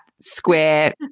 square